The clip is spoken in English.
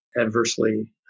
adversely